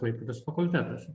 klaipėdos fakultetas